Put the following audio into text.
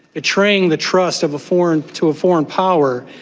betraying the trust of a foreign to a foreign power.